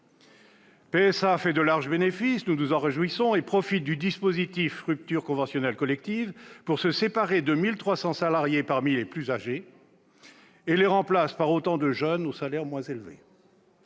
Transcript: PSA fait de larges bénéfices- nous nous en réjouissons -et profite du dispositif de rupture conventionnelle collective pour se séparer de 1 300 salariés, parmi les plus âgés, et les remplacer par autant de jeunes aux salaires moins élevés.